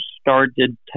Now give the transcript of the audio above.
started